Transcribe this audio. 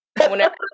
Whenever